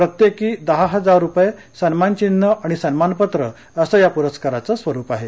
प्रत्येकी रुपये दहा हजार सन्मानचिन्ह आणि सन्मानपत्र असं या पुरस्कराचं स्वरुप आहे